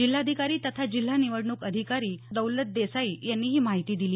जिल्हाधिकारी तथा जिल्हा निवडणूक अधिकारी दौलत देसाई यांनी ही माहिती दिली